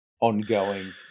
ongoing